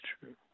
true